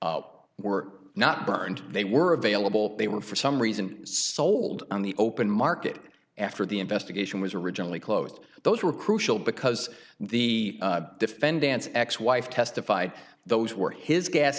porsche were not burned they were available they were for some reason suld on the open market after the investigation was originally closed those were crucial because the defendant's ex wife testified those were his gas